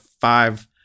five